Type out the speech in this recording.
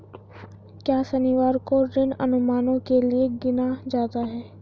क्या शनिवार को ऋण अनुमानों के लिए गिना जाता है?